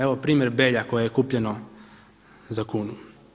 Evo primjer Belja koje je kupljeno za kunu.